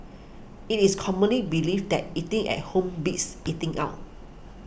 it is commonly believed that eating at home beats eating out